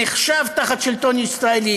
במה שנחשב תחת שלטון ישראלי,